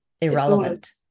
irrelevant